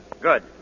Good